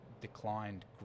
declined